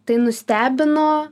tai nustebino